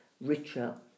richer